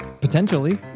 Potentially